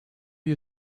you